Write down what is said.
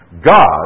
God